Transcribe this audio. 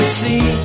see